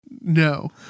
No